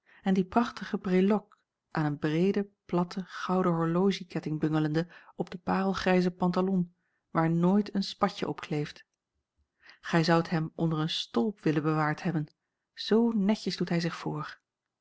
en die prachtige breloques aan een breede platte gouden horologieketting bungelende op den parelgrijzen pantalon waar nooit een spatje op kleeft gij zoudt hem onder een stolp willen bewaard hebben zoo netjes doet hij zich voor